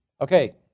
Okay